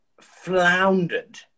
floundered